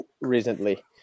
recently